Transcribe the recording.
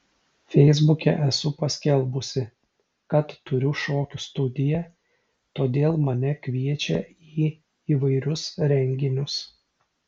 feisbuke esu paskelbusi kad turiu šokių studiją todėl mane kviečia į įvairius renginius